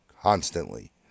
constantly